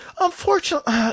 Unfortunately